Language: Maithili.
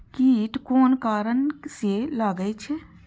कीट कोन कारण से लागे छै?